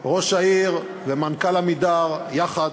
ראש העיר ומנכ"ל "עמידר" יחד,